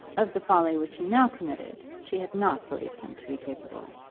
of the folly which he now committed, she had not believed him to be capable.